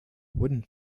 wooden